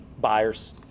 buyers